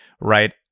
Right